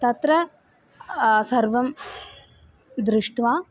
तत्र सर्वं दृष्ट्वा